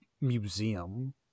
museum